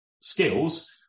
skills